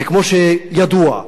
וכמו שידוע,